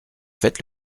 faites